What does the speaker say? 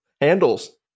Handles